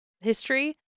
history